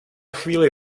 chvíli